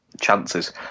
chances